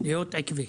להיות עקבי.